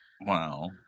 Wow